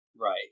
Right